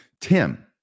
Tim